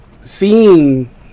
seeing